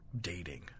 dating